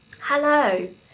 Hello